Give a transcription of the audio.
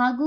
ಹಾಗೂ